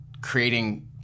creating